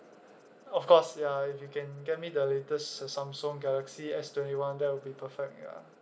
of course ya if you can get me the latest Samsung galaxy S twenty one that will be perfect ya